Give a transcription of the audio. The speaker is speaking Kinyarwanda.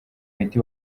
miti